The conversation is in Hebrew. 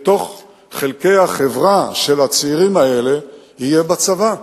בין חלקי החברה של הצעירים האלה יהיה בצבא.